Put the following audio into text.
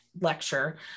lecture